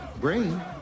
Brain